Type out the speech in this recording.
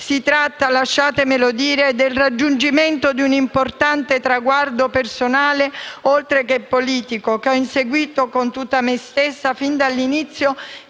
Si tratta - lasciatemelo dire - del raggiungimento di un importante traguardo personale, oltre che politico, che ho inseguito con tutta me stessa fin dall'inizio